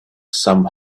some